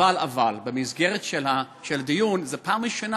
אבל במסגרת הדיון זו הייתה הפעם הראשונה